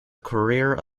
career